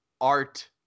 art